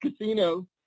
Casino